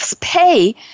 pay